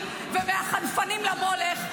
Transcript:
כל מילה שגלנט אמר עלייך, הוא צודק.